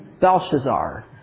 Belshazzar